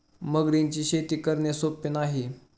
मगरींची शेती करणे सोपे नाही